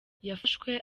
yafashwe